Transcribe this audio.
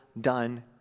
done